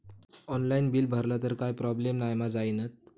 Online bill भरला तर काय प्रोब्लेम नाय मा जाईनत?